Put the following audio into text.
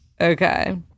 Okay